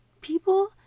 people